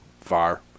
Fire